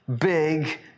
big